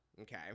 Okay